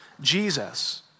Jesus